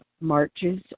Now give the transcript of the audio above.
marches